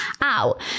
out